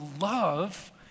love